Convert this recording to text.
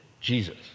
Jesus